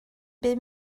bum